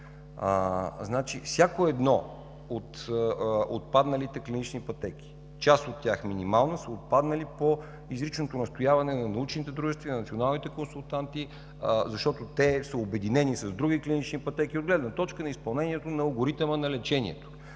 така. Всяко едно от отпадналите клинични пътеки, част от тях минимално, са отпаднали по изричното настояване на научните дружества и националните консултанти, защото те са обединени с други клинични пътеки, от гледна точка на изпълнението на алгоритъма на лечение.